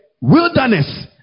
wilderness